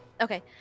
Okay